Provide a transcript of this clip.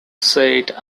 said